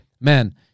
Man